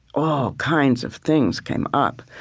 all kinds of things came up.